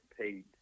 paid